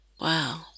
Wow